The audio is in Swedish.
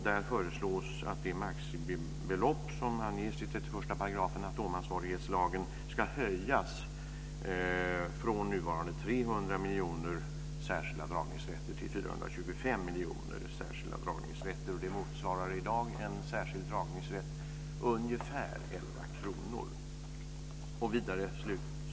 miljoner särskilda dragningsrätter till 425 miljoner särskilda dragningsrätter. En särskild dragningsrätt motsvarar i dag ungefär 11 kr.